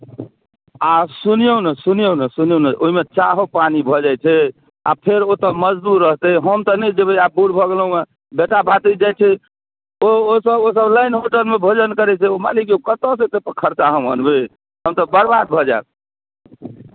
आब सुनियौ नऽ सुनियौ नऽ सुनियौ नऽ ओहिमे चाहो पानी भऽ जाइत छै आ फेरो ओतय मजदूर रहतै हम तऽ नहि जेबै आब बूढ़ भऽ गेलहुँ हेँ बेटा भातिज जाइत छै तऽ ओसभ ओसभ लाइन होटलमे भोजन करैत छै मालिक यौ कतयसँ एतेक खर्चा हम अनबै हम तऽ बर्बाद भऽ जायब